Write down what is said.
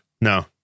No